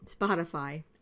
Spotify